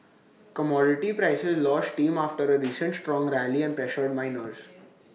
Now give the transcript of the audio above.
commodity prices lost steam after A recent strong rally and pressured miners